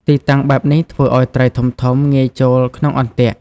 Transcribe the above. ទីតាំងបែបនេះធ្វើឲ្យត្រីធំៗងាយចូលក្នុងអន្ទាក់។